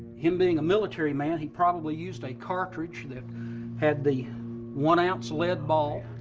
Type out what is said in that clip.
him being a military man, he probably used a cartridge that had the one ounce lead ball.